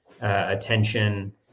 attention